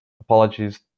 Apologies